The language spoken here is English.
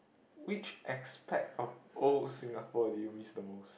which aspect of old Singapore do you miss the most